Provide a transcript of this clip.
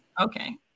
okay